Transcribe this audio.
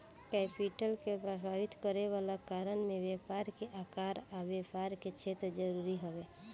capital के प्रभावित करे वाला कारण में व्यापार के आकार आ व्यापार के क्षेत्र जरूरी हवे